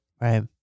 Right